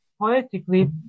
poetically